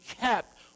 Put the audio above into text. kept